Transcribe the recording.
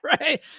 right